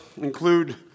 include